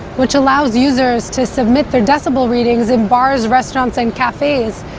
which allows users to submit their decibel readings in bars, restaurants, and cafes.